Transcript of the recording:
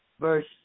verse